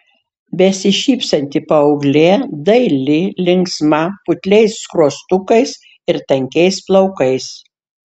besišypsanti paauglė daili linksma putliais skruostukais ir tankiais plaukais